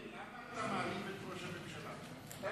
למה אתה מעליב את ראש הממשלה?